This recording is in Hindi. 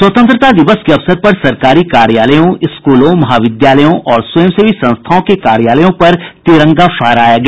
स्वतंत्रता दिवस के अवसर पर सरकारी कार्यालयों स्कूलों महाविद्यालयों और स्वयंसेवी संस्थाओं के कार्यालयों पर तिरंगा फहराया गया